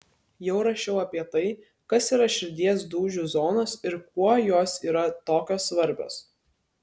jau rašiau apie tai kas yra širdies dūžių zonos ir kuo jos yra tokios svarbios